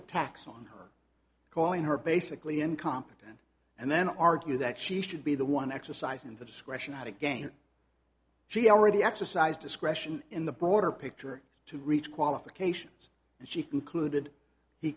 attacks on calling her basically incompetent and then argue that she should be the one exercising the discretion and again she already exercise discretion in the broader picture to reach qualifications and she concluded he